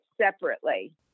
separately